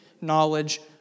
knowledge